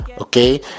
Okay